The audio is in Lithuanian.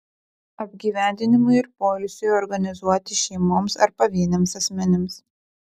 apgyvendinimui ir poilsiui organizuoti šeimoms ar pavieniams asmenims